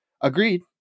agreed